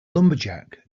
lumberjack